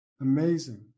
Amazing